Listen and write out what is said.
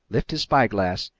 lift his spyglass,